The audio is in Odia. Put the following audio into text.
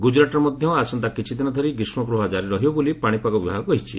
ଗୁଜରାଟ୍ରେ ମଧ୍ୟ ଆସନ୍ତା କିଛିଦିନ ଧରି ଗ୍ରୀଷ୍କପ୍ରବାହ ଜାରି ରହିବ ବୋଲି ପାଣିପାଗ ବିଭାଗ କହିଛି